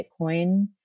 Bitcoin